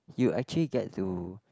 you actually get to um